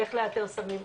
איך לתאר סמים,